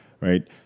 right